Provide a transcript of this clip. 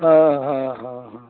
हाँ हाँ हाँ हाँ